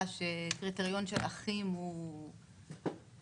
שקריטריון של אחים מייצר זכאות כלשהי.